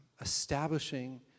establishing